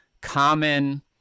common